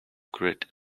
great